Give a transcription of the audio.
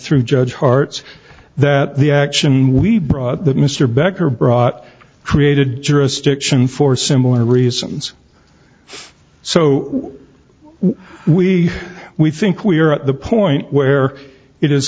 through judge hearts that the action we brought mr becker brought created jurisdiction for similar reasons so we we think we are at the point where it is